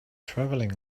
traveling